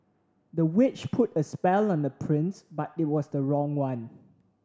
the witch put a spell on the prince but it was the wrong one